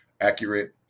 accurate